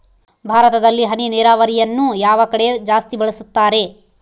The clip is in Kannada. ಭಾರತದಲ್ಲಿ ಹನಿ ನೇರಾವರಿಯನ್ನು ಯಾವ ಕಡೆ ಜಾಸ್ತಿ ಬಳಸುತ್ತಾರೆ?